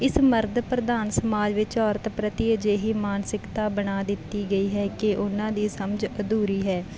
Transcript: ਇਸ ਮਰਦ ਪ੍ਰਧਾਨ ਸਮਾਜ ਵਿੱਚ ਔਰਤ ਪ੍ਰਤੀ ਅਜਿਹੀ ਮਾਨਸਿਕਤਾ ਬਣਾ ਦਿੱਤੀ ਗਈ ਹੈ ਕਿ ਉਹਨਾਂ ਦੀ ਸਮਝ ਅਧੂਰੀ ਹੈ